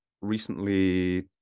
recently